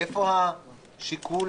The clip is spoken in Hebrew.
איפה השיקול